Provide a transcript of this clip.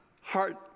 heart